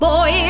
Boy